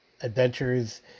adventures